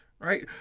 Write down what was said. Right